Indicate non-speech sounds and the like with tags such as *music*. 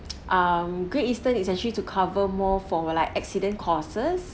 *noise* um great eastern is actually to cover more for like accident costs